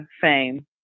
Fame